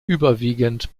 überwiegend